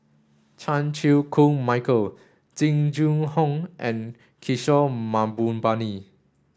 Chan Chew Koon Michael Jing Jun Hong and Kishore Mahbubani